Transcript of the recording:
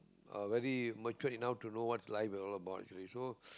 are very matured enough to know what's life and all about ready so